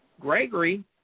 Gregory